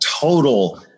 total